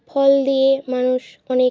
ফল দিয়ে মানুষ অনেক